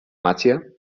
màgia